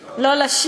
הולך,